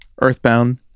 Earthbound